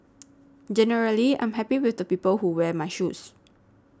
generally I'm happy with the people who wear my shoes